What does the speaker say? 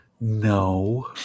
no